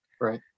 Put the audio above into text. Right